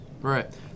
Right